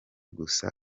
gusa